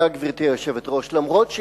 גברתי היושבת-ראש, תודה.